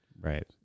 Right